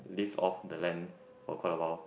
live off the land for quite a while